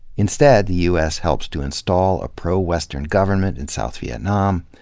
instead, the u s. helps to install a pro-western government in south vietnam,